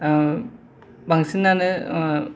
बांसिनानो ओ